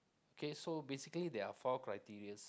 okay so basically there are four criterias